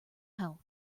health